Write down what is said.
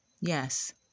Yes